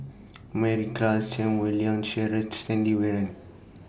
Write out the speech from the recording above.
Mary Klass Chan Wei Liang Cheryl Stanley Warren